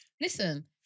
Listen